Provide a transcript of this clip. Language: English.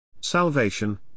Salvation